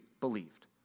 believed